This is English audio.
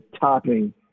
topping